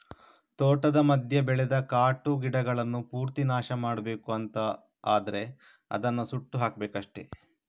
ತೋಟದ ಮಧ್ಯ ಬೆಳೆದ ಕಾಟು ಗಿಡಗಳನ್ನ ಪೂರ್ತಿ ನಾಶ ಮಾಡ್ಬೇಕು ಅಂತ ಆದ್ರೆ ಅದನ್ನ ಸುಟ್ಟು ಹಾಕ್ಬೇಕಷ್ಟೆ